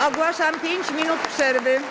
Ogłaszam 5 minut przerwy.